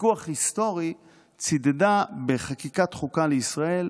ויכוח היסטורי צידדה בחקיקת חוקה לישראל,